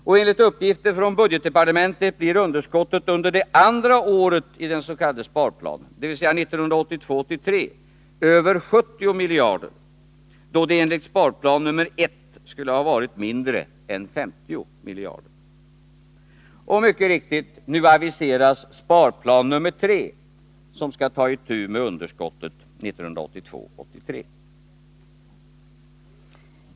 Och enligt uppgifter från budgetdepartementet blir underskottet under det andra året, dvs. 1982 83.